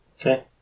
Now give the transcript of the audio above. Okay